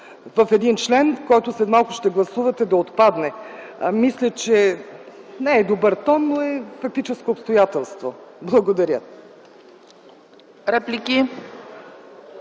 в един член, който след малко ще гласувате да отпадне. Мисля, че не е добър тон, но е фактическо обстоятелство. Благодаря.